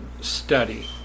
study